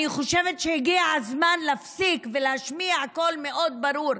אני חושבת שהגיע הזמן להפסיק ולהשמיע קול מאוד ברור: